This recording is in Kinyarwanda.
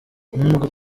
n’ubwo